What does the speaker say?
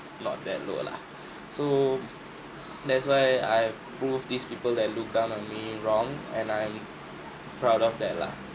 not that low lah so that's why I prove these people that look down on me wrong and I'm proud of that lah